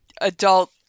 adult